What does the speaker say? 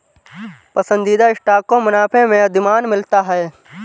पसंदीदा स्टॉक को मुनाफे में अधिमान मिलता है